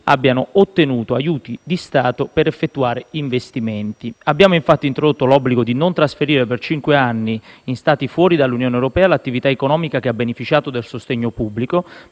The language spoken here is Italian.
abbiano ottenuto aiuti di Stato per effettuare investimenti. Abbiamo infatti introdotto l'obbligo di non trasferire per cinque anni in Stati fuori dall'Unione europea l'attività economica che ha beneficiato del sostegno pubblico,